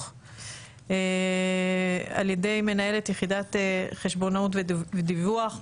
על ידי מנהלת יחידת חשבונאות ודיווח,